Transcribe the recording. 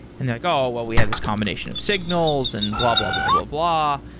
and they're like, oh, well, we have this combination of signals and blah-blah-blah-blah-blah,